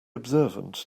observant